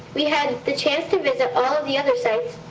we had the chance to visit all of the other sites